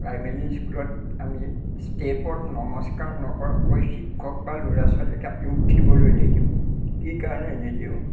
primary স্কুলত আমি ষ্টেপত নমস্কাৰ নকৰাকৈ শিক্ষক বা ল'ৰা ছোৱালীকে আমি উঠিবলৈ নিদিওঁ কি কাৰণে নিদিওঁ